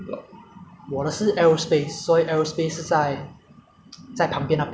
在旁边那边 ah 然后有另外一个 block 叫 block S 那个是比较大的一个 block